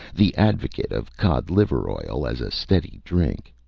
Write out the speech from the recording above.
the advocate of cod-liver oil as a steady drink.